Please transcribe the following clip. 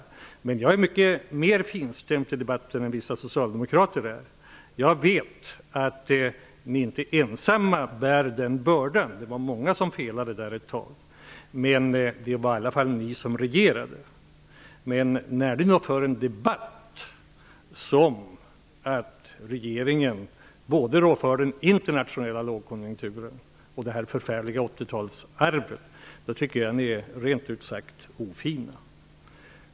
Men jag är mycket mer finstämd i debatten än vissa socialdemokrater. Jag vet att ni inte ensamma bär den bördan. Det var många som felade ett tag, men det var i alla fall ni som regerade. När ni då i en debatt menar att regeringen både rår för den internationella lågkonjunkturen och det förfärliga 80-talsarvet tycker jag rent ut sagt att ni är ofina.